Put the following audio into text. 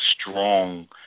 strong